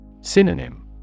Synonym